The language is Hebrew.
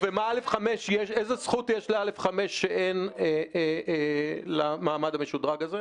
איזה זכות יש ל-א/5 שאין למעמד המשודרג הזה?